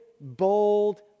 bold